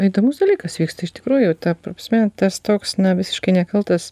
įdomus dalykas vyksta iš tikrųjų ta prasme tas toks na visiškai nekaltas